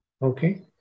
Okay